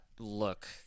look